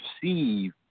perceive